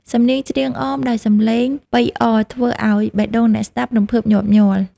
សំនៀងច្រៀងអមដោយសំឡេងប៉ីអរ ធ្វើឱ្យបេះដូងអ្នកស្ដាប់រំភើបញាប់ញ័រ។